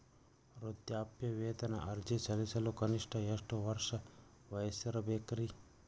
ವೃದ್ಧಾಪ್ಯವೇತನ ಅರ್ಜಿ ಸಲ್ಲಿಸಲು ಕನಿಷ್ಟ ಎಷ್ಟು ವಯಸ್ಸಿರಬೇಕ್ರಿ?